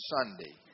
Sunday